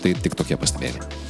tai tik tokie pastebėjimai